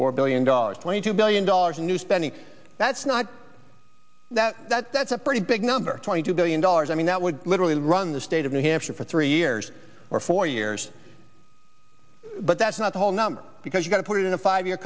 or billion dollars twenty two billion dollars in new spending that's not that that's a pretty big number twenty two billion dollars i mean that would literally run the state of new hampshire for three years or four years but that's not the whole number because you got to put it in a five year